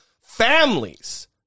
families